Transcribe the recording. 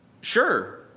Sure